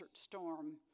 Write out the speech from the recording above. storm